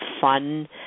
fun